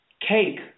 cake